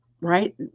right